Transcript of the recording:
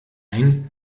ein